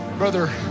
Brother